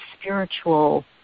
spiritual